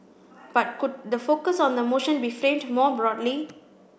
but could the focus on the motion be framed more broadly